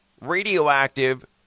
Radioactive